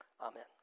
Amen